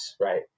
Right